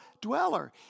dweller